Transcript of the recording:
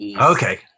Okay